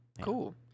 cool